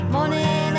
Morning